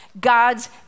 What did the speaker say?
God's